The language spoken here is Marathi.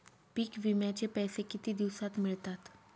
पीक विम्याचे पैसे किती दिवसात मिळतात?